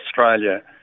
Australia